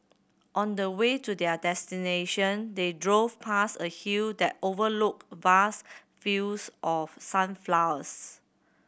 on the way to their destination they drove past a hill that overlooked vast fields of sunflowers